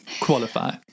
qualify